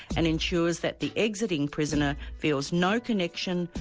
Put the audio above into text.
and ensures that the exiting prisoner feels no connection,